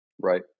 Right